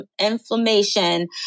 inflammation